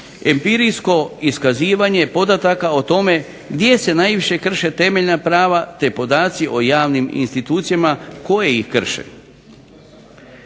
empirijsko iskazivanje podataka o tome gdje se najviše krše temeljna prava te podaci o javnim institucijama koje ih krše.